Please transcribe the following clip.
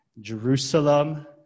Jerusalem